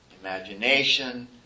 imagination